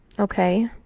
ok.